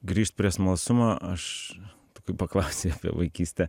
grįžt prie smalsumo aš tu kai paklausei apie vaikystę